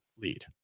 lead